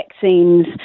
vaccines